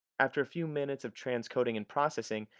after a few minutes of transcoding and processing,